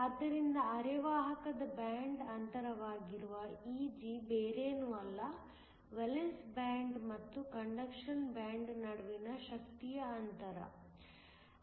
ಆದ್ದರಿಂದ ಅರೆವಾಹಕದ ಬ್ಯಾಂಡ್ ಅಂತರವಾಗಿರುವ Eg ಬೇರೇನೂ ಎಲ್ಲ ವೇಲೆನ್ಸ್ ಬ್ಯಾಂಡ್ ಮತ್ತು ಕಂಡಕ್ಷನ್ ಬ್ಯಾಂಡ್ ನಡುವಿನ ಶಕ್ತಿಯ ಅಂತರ